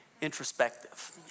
introspective